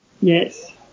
Yes